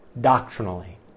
Doctrinally